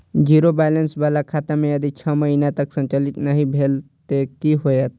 Zero balance बाला खाता में यदि छः महीना तक संचालित नहीं भेल ते कि होयत?